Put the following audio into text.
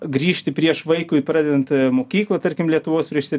grįžti prieš vaikui pradedant mokyklą tarkim lietuvos prieš sep